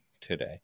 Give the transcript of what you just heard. today